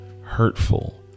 hurtful